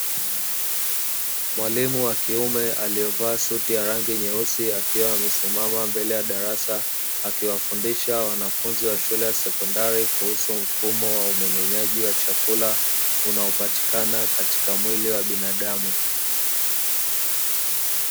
Mwalimu wa kiume aliyevaa suti ya rangi nyeusi, akiwa amesimama mbele ya darasa, akiwafundisha wanafunzi wa shule ya sekondari kuhusu mfumo wa umeng'enyaji wa chakula unaopatikana katika mwili wa binadamu.